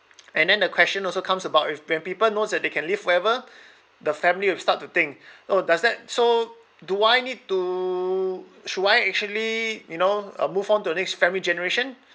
and then the question also comes about with when people knows that they can live forever the family will start to think oh does that so do I need to should I actually you know uh move on to the next family generation